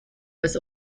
was